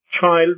child